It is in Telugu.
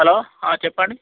హలో చెప్పండి